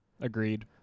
Agreed